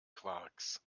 quarks